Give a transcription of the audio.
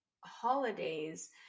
holidays